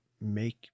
make